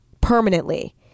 permanently